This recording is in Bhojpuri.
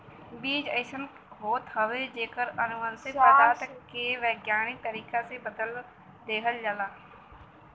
बीज अइसन होत हउवे जेकर अनुवांशिक पदार्थ के वैज्ञानिक तरीका से बदल देहल जाला